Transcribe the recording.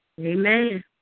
Amen